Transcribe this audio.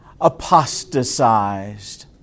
apostatized